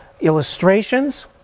illustrations